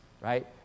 right